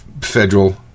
federal